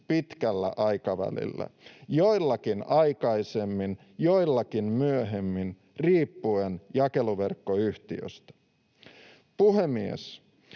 pitkällä aikavälillä — joillakin aikaisemmin, joillakin myöhemmin, riippuen jakeluverkkoyhtiöstä. Puhemies!